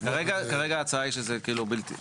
כרגע ההצעה היא שזה בלתי משולב.